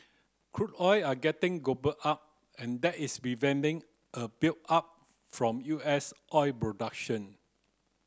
crude oil are getting gobbled up and that is preventing a buildup from U S oil production